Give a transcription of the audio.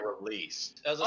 released